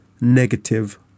negative